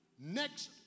Next